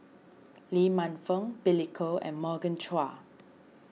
Lee Man Fong Billy Koh and Morgan Chua